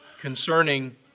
concerning